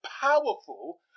powerful